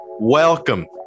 Welcome